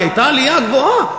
כי הייתה עלייה גבוהה.